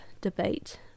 debate